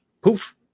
poof